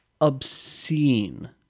obscene